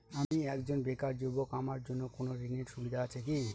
আমি একজন বেকার যুবক আমার জন্য কোন ঋণের সুবিধা আছে কি?